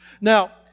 Now